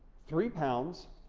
three pounds,